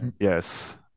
yes